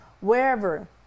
wherever